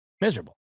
Miserable